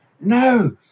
No